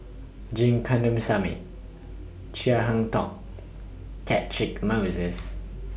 Kandasamy Chia Catchick Moses